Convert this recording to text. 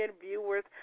viewers